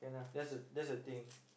that's that's the thing